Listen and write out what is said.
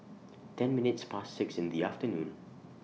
ten minutes Past six in The afternoon